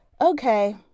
Okay